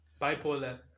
bipolar